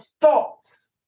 thoughts